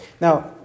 Now